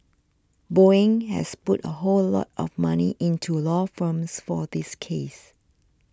Boeing has put a whole lot of money into law firms for this case